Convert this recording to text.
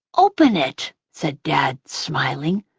open it, said dad, smiling,